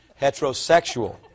heterosexual